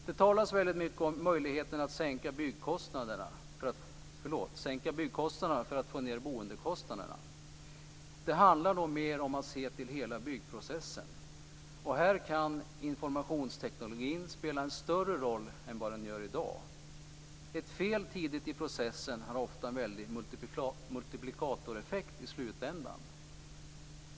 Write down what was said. Det talas väldigt mycket om möjligheten att sänka byggkostnaderna för att få ned boendekostnaderna. Det handlar nog mer om att se till hela byggprocessen. Här kan informationstekniken spela en större roll än vad den gör i dag. Ett fel tidigt i processen har ofta en väldig multiplikatoreffekt i slutändan.